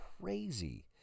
crazy